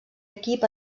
equip